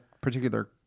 particular